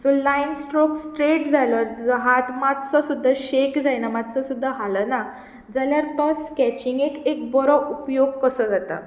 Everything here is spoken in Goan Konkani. सो लायन स्ट्रोक्स स्रेट जालो तुजो हात मातसो सुद्दां शेक जायना मातसो सुद्दां हालना जाल्यार तो स्केचिंगेक एक बरो उपयोग कसो जाता